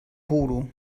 bodo